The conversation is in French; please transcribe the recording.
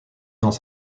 dans